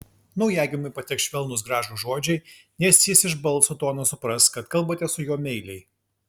naujagimiui patiks švelnūs gražūs žodžiai nes jis iš balso tono supras kad kalbate su juo meiliai